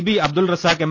B Abdul Razak M